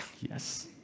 Yes